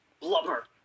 Blubber